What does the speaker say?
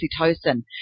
oxytocin